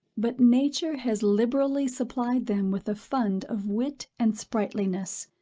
but nature has liberally supplied them with a fund of wit and sprightliness,